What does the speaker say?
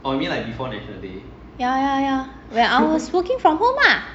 yeah yeah yeah when I was working from home ah